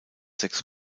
sechs